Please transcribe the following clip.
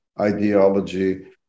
ideology